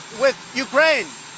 with ukraine.